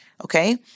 okay